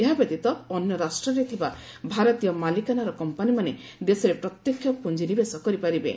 ଏହା ବ୍ୟତୀତ ଅନ୍ୟ ରାଷ୍ଟ୍ରରେ ଥିବା ଭାରତୀୟ ମାଲିକାନାର କମ୍ପାନିମାନେ ଦେଶରେ ପ୍ରତ୍ୟକ୍ଷ ପୁଞ୍ଜ ନିବେଶ କରିପାରିବେ